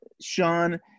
Sean